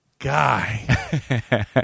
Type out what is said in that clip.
Guy